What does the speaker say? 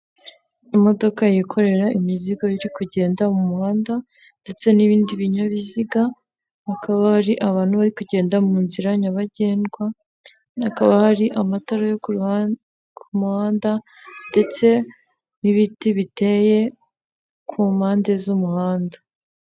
Imodoka yikorera imizigo iri kugenda mu muhanda ndetse n'ibindi binyabiziga, hakaba ari abantu bari kugenda muzira nyabagendwa, hakaba hari amatara yo kumuhande ndetse n'ibiti biteye ku mpande z'umuhanda.